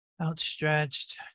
outstretched